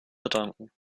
verdanken